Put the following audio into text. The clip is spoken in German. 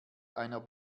einer